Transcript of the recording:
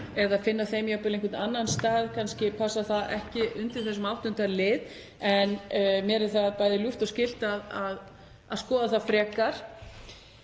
eða finna þeim jafnvel einhvern annan stað, kannski passar það ekki undir þessum 8. lið, en mér er það bæði ljúft og skylt að skoða það frekar.